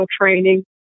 training